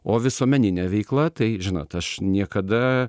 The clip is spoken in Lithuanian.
o visuomeninė veikla tai žinot aš niekada